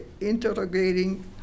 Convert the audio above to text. interrogating